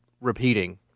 repeating